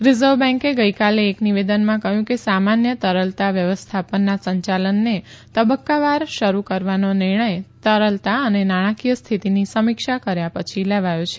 reserve બેંકે ગઇકાલે એક નિવેદનમાં કહયું કે સામાન્ય તરલતા વ્યવસ્થાપનના સંચાલનને તબકકાવાર શરૂ કરવાનો નિર્ણય તરણતા અને નાણાંકીય સ્થિતિની સમીક્ષા કર્યા પછી લેવાયો છે